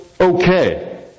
okay